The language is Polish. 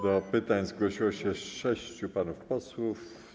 Do pytań zgłosiło się sześciu panów posłów.